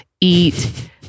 eat